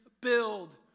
build